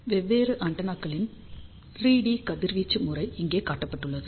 வெவ்வேறு ஆண்டெனாக்களின் 3 டி கதிர்வீச்சு முறை இங்கே காட்டப்பட்டுள்ளது